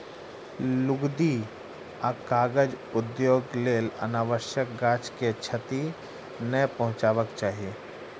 लुगदी आ कागज उद्योगक लेल अनावश्यक गाछ के क्षति नै पहुँचयबाक चाही